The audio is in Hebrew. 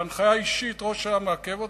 בהנחיה אישית הוא מעכב אותו.